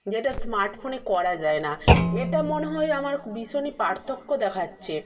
যেটা স্মার্ট ফোনে করা যায় না এটা মনে হয় আমার ভীষণই পার্থক্য দেখাচ্ছে